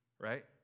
right